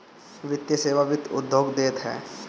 वित्तीय सेवा वित्त उद्योग देत हअ